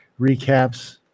recaps